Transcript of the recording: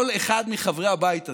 כל אחד מחברי הבית הזה,